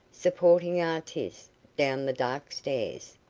supporting artis down the dark stairs,